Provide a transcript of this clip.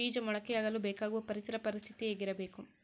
ಬೇಜ ಮೊಳಕೆಯಾಗಲು ಬೇಕಾಗುವ ಪರಿಸರ ಪರಿಸ್ಥಿತಿ ಹೇಗಿರಬೇಕು?